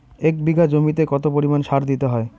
প্রতি বিঘা জমিতে কত পরিমাণ সার দিতে হয়?